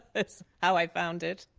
is how i found it!